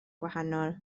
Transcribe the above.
gwahanol